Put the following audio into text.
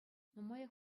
нумаях